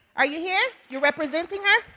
are you here? you're representing her?